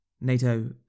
NATO